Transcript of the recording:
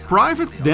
Private